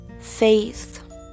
faith